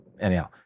anyhow